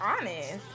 honest